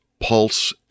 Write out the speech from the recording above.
Pulse